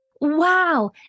Wow